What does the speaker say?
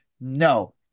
no